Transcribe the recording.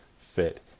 fit